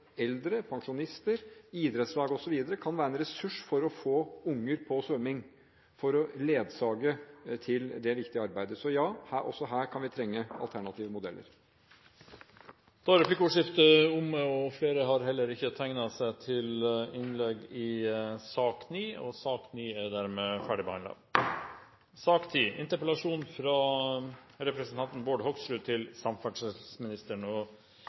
eldre, pensjonister, idrettslag osv. – kan være en ressurs for å få unger på svømming, for å bidra i det viktige arbeidet. Også her kan vi trenge alternative modeller. Replikkordskiftet er omme. Flere har ikke bedt om ordet til sak nr. 9. Regjeringen er nå i ferd med å sluttføre sitt forslag til Nasjonal transportplan, og